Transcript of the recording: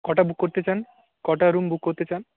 কটা বুক করতে চান কটা রুম বুক করতে চান